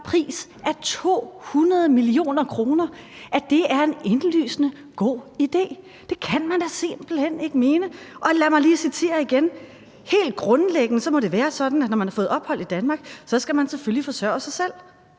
en pris på 200 mio. kr., er en indlysende god idé. Det kan man da simpelt hen ikke mene. Og lad mig lige citere igen: »Helt grundlæggende må det være sådan, at når man har fået ophold i Danmark, så skal man selvfølgelig forsørge sig selv.«